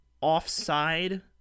offside